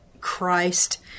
Christ